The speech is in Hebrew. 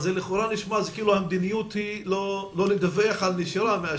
לכאורה נשמע כאילו המדיניות היא לא לדווח על נשירה.